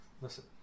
Listen